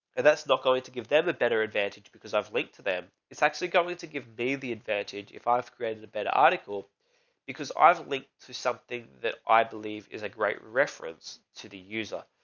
and that's not going to give them a better advantage because i've linked to them. it's actually going to give bailey advantage if i've created a better article because i've linked to something that i believe is a great reference to the user.